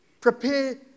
Prepare